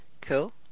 Cool